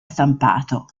stampato